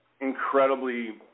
incredibly